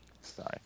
Sorry